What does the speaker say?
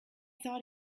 thought